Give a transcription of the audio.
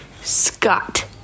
Scott